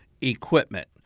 equipment